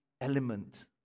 element